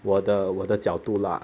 我的我的角度 lah